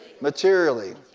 Materially